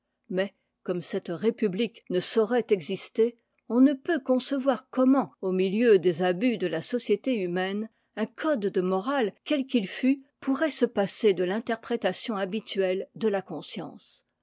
mais comme cette république ne saurait exister on ne peut concevoir comment au milieu des abus de la société humaine un code te morale quel qu'il fût pourrait se passer de l'interprétation habituelle de la conscience